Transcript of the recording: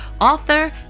author